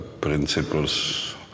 principles